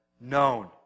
known